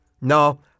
No